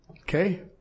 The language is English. Okay